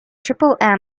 triple